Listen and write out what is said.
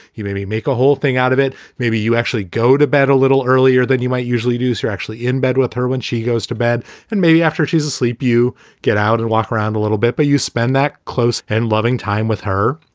he made me make a whole thing out of it. maybe you actually go to bed a little earlier than you might usually do. are actually in bed with her when she goes to bed and maybe after she's asleep, you get out and walk around a little bit, but you spend that close and loving time with her.